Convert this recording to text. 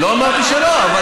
לא אמרתי שלא.